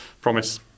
promise